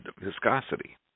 Viscosity